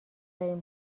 دارین